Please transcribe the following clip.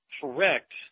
correct